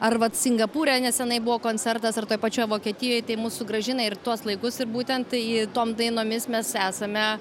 ar vat singapūre nesenai buvo koncertas ar toj pačioj vokietijoj tai mus sugrąžina ir į tuos laikus ir būtent tai tom dainomis mes esame